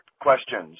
questions